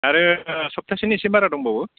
आरो सप्तासेनि एसे बारा दंबावो